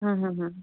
हाँ हाँ हाँ